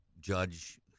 judge